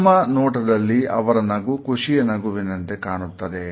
ಪ್ರಥಮ ನೋಟದಲ್ಲಿ ಅವರ ನಗು ಖುಷಿ ನಗುವಿನಂತೆ ಕಾಣುತ್ತದೆ